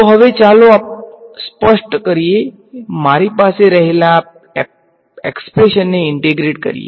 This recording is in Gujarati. તો હવે ચાલો સ્પષ્ટ કરીએ કે મારી પાસે રહેલા આ એક્સપ્રેશનને ઈંટેગ્રેટ કરીએ